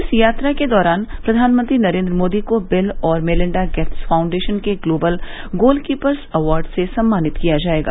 इस यात्रा के दौरान प्रधानमंत्री नरेन्द्र मोदी को बिल और मेलिंडा गेट्स फाउंडेशन के ग्लोबल गोलकीपर्स अवार्ड से सम्मानित किया जाएगा